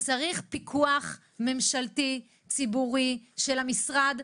צריך פיקוח ממשלתי וציבורי של המשרד,